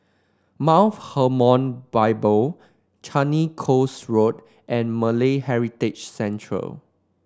Mount Hermon Bible Changi Coast Road and Malay Heritage Centre